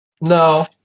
No